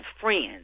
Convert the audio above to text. friends